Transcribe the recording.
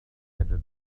had